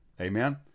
Amen